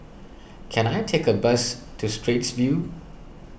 can I take a bus to Straits View